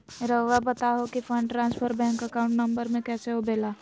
रहुआ बताहो कि fund transfer bank account number में कैसे होबेला?